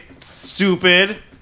stupid